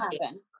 happen